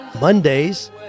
Mondays